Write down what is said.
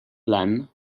plan